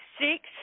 six